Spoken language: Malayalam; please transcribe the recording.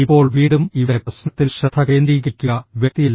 ഇപ്പോൾ വീണ്ടും ഇവിടെ പ്രശ്നത്തിൽ ശ്രദ്ധ കേന്ദ്രീകരിക്കുക വ്യക്തിയല്ല